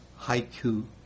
haiku